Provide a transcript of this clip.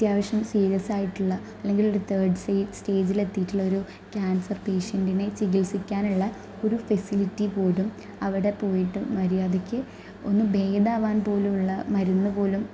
അത്യാവശ്യം സീരിയസായിട്ടുള്ള അല്ലെങ്കില് ഒരു തേര്ഡ് സേ സ്റ്റേജില് എത്തിയിട്ടുള്ളൊരു ക്യാന്സര് പേഷ്യന്റ്റിനെ ചികിത്സിക്കാനുള്ള ഒരു ഫെസിലിറ്റി പോലും അവിടെ പോയിട്ട് മര്യാദയ്ക്ക് ഒന്നു ഭേദമാകാന് പോലുമുള്ള മരുന്നു പോലും